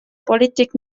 politik